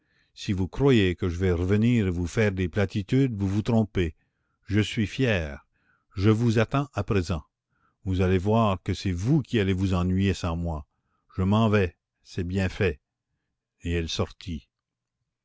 si vous croyez que je vais revenir et vous faire des platitudes vous vous trompez je suis fière je vous attends à présent vous allez voir que c'est vous qui allez vous ennuyer sans moi je m'en vais c'est bien fait et elle sortit